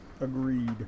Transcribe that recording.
agreed